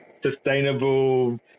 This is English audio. sustainable